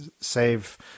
save